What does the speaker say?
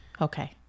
Okay